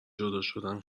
جداشدن